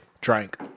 Drank